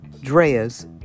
Drea's